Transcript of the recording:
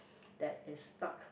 that is stuck